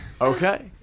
Okay